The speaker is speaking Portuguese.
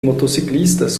motociclistas